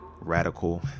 radical